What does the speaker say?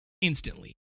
instantly